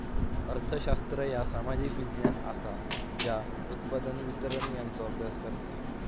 अर्थशास्त्र ह्या सामाजिक विज्ञान असा ज्या उत्पादन, वितरण यांचो अभ्यास करता